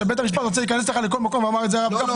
שבית המשפט רוצה להיכנס לכל מקום ואמר את זה הרב גפני